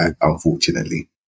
unfortunately